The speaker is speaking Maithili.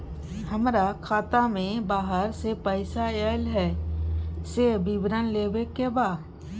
हमरा खाता में बाहर से पैसा ऐल है, से विवरण लेबे के बा?